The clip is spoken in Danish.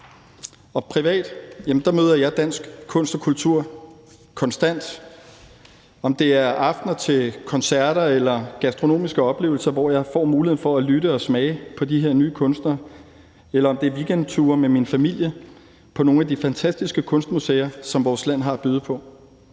Privat møder jeg dansk kunst og kultur konstant. Det kunne f.eks. være til koncerter om aftenen eller gastronomiske oplevelser, hvor jeg får muligheden for at lytte til nye kunstnere og smage på maden, eller det kunne være weekendture med min familie på nogle af de fantastiske kunstmuseer, som vores land har at byde på.